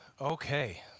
Okay